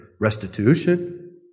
restitution